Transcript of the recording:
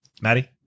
Maddie